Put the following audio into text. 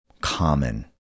common